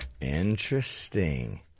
Interesting